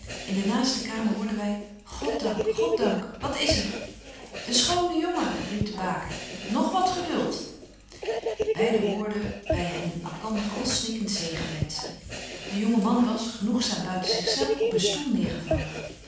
in de naaste kamer hoorden wy god dank god dank wat is er een schone jongen riep de baker nog wat geduld beide hoorden wy hen elkander al snikkent zegen wenschen de jonge man was genoegzaam buiten zich zelf op een stoel neêr